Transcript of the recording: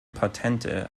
patente